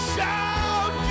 Shout